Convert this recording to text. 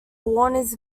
warners